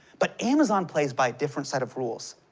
but amazon plays by a different set of rules.